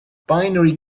binary